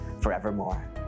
forevermore